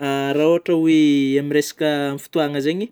Raha ôhatry oe amin'ny resaka fotôagna zeigny,